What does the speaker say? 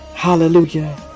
Hallelujah